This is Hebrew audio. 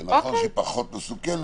זה נכון שהיא פחות מסוכנת,